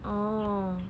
oh